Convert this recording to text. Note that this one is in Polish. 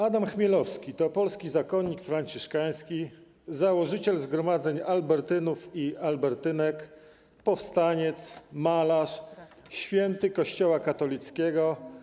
Adam Chmielowski to polski zakonnik franciszkański, założyciel zgromadzeń albertynów i albertynek, powstaniec, malarz, święty Kościoła katolickiego.